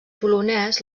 polonès